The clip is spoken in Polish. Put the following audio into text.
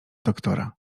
doktora